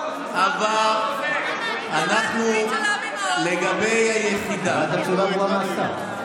לא, שמעת תשובה ברורה מהשר.